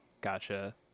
gotcha